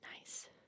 Nice